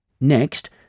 Next